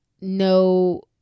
no